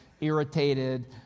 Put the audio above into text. irritated